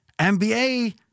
NBA